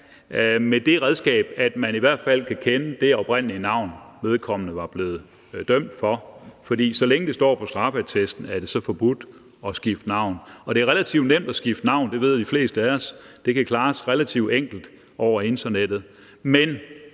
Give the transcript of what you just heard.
med det redskab, at man i hvert fald kan kende det oprindelige navn, vedkommende havde, da han blev dømt; for så længe det står på straffeattesten, skal det være forbudt at skifte navn. Det er relativt nemt at skifte navn – det ved de fleste af os – det kan klares relativt enkelt over internettet, men